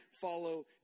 follow